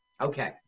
Okay